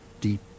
deep